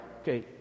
Okay